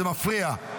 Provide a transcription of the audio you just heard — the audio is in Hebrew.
זה מפריע.